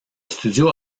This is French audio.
studio